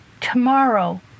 Tomorrow